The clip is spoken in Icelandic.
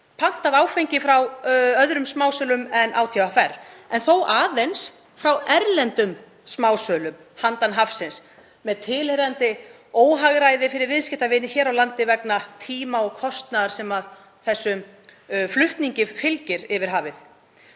pantað áfengi frá öðrum smásölum en ÁTVR, en þó aðeins frá erlendum smásölum handan hafsins með tilheyrandi óhagræði fyrir viðskiptavini hér á landi vegna tíma og kostnaðar sem fylgir þessum flutningi yfir hafið.